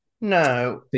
No